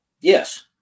Yes